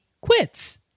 quits